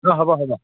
অঁ হ'ব হ'ব